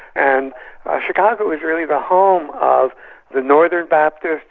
and ah chicago is really the home of the northern baptists,